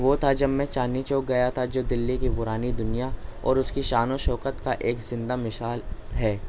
وہ تھا جب میں چاندنی چوک گیا تھا جو دلّی کے پرانی دنیا اور اس کی شان و شوکت کا ایک زندہ مثال ہے